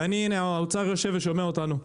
האוצר יושב ושומע אותנו.